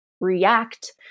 react